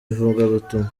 ivugabutumwa